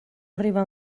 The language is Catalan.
arribà